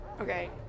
Okay